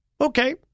Okay